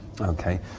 Okay